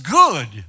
good